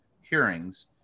hearings